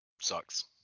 Sucks